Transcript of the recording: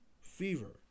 fever